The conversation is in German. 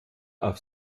auf